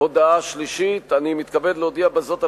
הודעה שלישית: אני מתכבד להודיע בזאת על